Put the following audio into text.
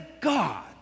God